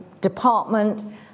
department